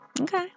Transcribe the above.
Okay